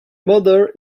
mother